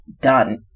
done